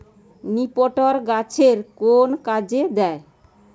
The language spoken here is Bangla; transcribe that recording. নিপটর গাছের কোন কাজে দেয়?